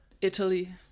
Italy